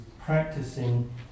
practicing